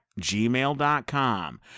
gmail.com